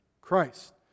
Christ